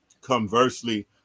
conversely